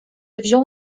wziął